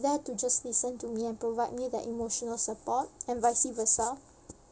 there to just listen to me and provide me that emotional support and vice versa